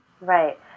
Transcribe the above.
right